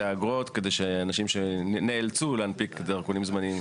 האגרות כדי שאנשים שנאלצו להנפיק דרכונים זמניים